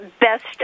best